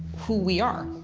who we are.